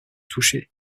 touché